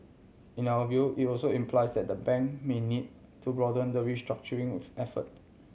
in our view it was also implies that the bank may need to broaden the restructuring with effort